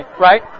right